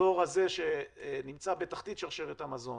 הדור הזה, שנמצא בתחתית שרשרת המזון,